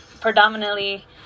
predominantly